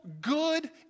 good